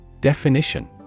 Definition